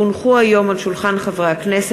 כי הונחו היום על שולחן הכנסת,